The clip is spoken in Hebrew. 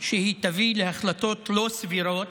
שהיא תביא להחלטות לא סבירות.